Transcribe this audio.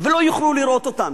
ולא יוכלו לראות אותנו.